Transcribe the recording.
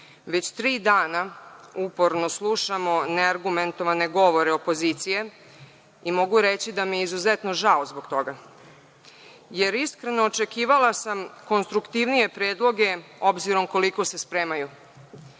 Već tri dana uporno slušamo neargumentovane govore opozicije i mogu reći da mi je izuzetno žao zbog toga, jer iskreno očekivala sam konstruktivnije predloge obzirom koliko se spremaju. Zamolila